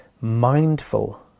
mindful